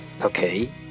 Okay